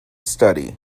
study